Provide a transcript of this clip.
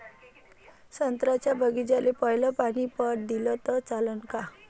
संत्र्याच्या बागीचाले पयलं पानी पट दिलं त चालन का?